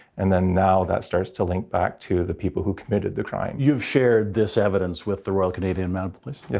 and then now that starts to link back to the people who committed the crime. you've shared this evidence with the royal canadian mounted police? yes,